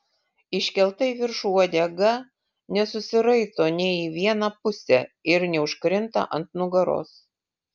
iškelta į viršų uodega nesusiraito nė į vieną pusę ir neužkrinta ant nugaros